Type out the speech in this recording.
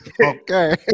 Okay